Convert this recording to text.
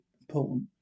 important